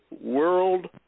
world